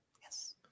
yes